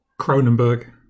Cronenberg